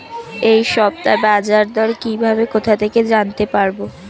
এই সপ্তাহের বাজারদর কিভাবে কোথা থেকে জানতে পারবো?